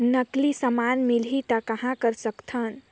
नकली समान मिलही त कहां कर सकथन?